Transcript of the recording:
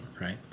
right